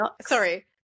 sorry